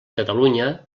catalunya